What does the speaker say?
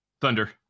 Thunder